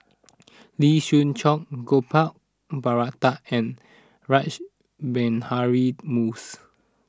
Lee Siew Choh Gopal Baratham and Rash Behari Bose